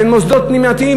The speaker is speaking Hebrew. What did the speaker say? של מוסדות פנימייתיים,